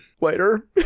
later